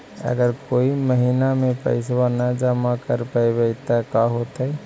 अगर कोई महिना मे पैसबा न जमा कर पईबै त का होतै?